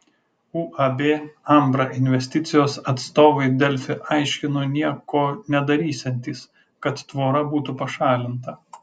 uab ambra investicijos atstovai delfi aiškino nieko nedarysiantys kad tvora būtų pašalinta